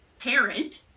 parent